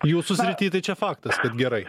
jūsų srity tai čia faktas kad gerai